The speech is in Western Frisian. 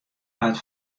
part